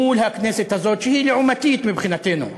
מול הכנסת הזאת, שהיא לעומתית מבחינתנו,